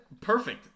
Perfect